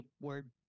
word